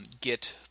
get